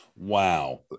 Wow